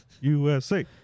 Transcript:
USA